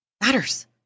matters